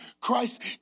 Christ